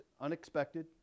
unexpected